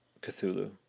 Cthulhu